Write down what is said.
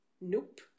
nope